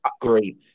great